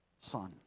son